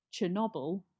Chernobyl